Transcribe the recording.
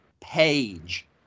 page